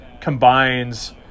combines